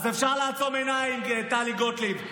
אז אפשר לעצום עיניים, טלי גוטליב,